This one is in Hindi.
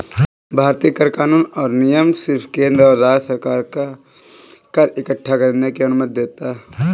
भारतीय कर कानून और नियम सिर्फ केंद्र और राज्य सरकार को कर इक्कठा करने की अनुमति देता है